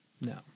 No